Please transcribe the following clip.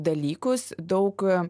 dalykus daug